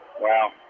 Wow